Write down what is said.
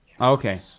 Okay